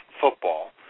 football